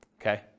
Okay